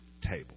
table